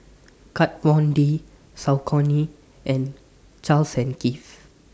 Kat Von D Saucony and Charles and Keith